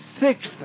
sixth